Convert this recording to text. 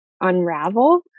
unravel